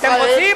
אתם רוצים?